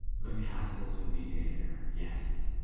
the castles in the air yes.